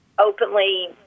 openly